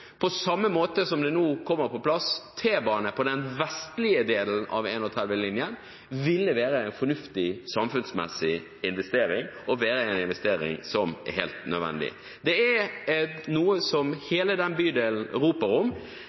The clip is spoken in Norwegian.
på samme måte som det nå kommer på plass T-bane på den vestlige delen av 31-linjen, være en fornuftig samfunnsmessig investering og være en investering som er helt nødvendig. Det er noe som hele den bydelen roper om.